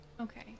Okay